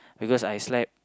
because I slept